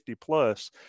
plus